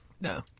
No